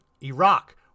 Iraq